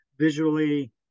Visually